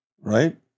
right